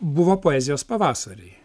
buvo poezijos pavasariai